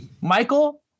Michael